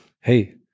Hey